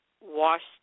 washed